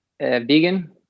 Vegan